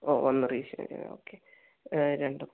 ഓഹ് ഒന്ന് reissue okay രണ്ടും